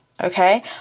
Okay